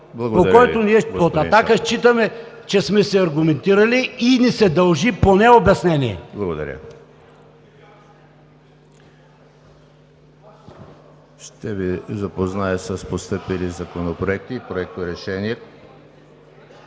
Благодаря Ви, господин Шопов. Ще Ви запозная с постъпили законопроекти и проекторешения